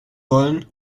wollen